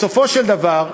בסופו של דבר,